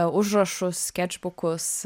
užrašus skečbukus